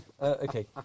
Okay